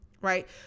Right